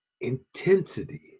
intensity